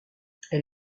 elle